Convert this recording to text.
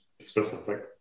specific